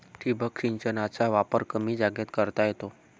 ठिबक सिंचनाचा वापर कमी जागेत करता येतो